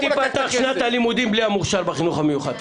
לא תיפתח שנת הלימודים בלי המוכש"ר בחינוך המיוחד.